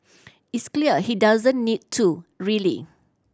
it's clear she doesn't need to really